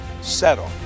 settle